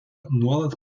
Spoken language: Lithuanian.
nuolat